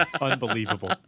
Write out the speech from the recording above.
Unbelievable